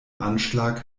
anschlag